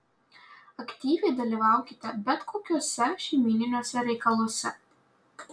aktyviai dalyvaukite bet kokiuose šeimyniniuose reikaluose